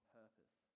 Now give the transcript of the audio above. purpose